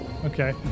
Okay